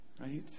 Right